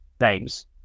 names